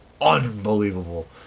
unbelievable